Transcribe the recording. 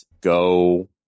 go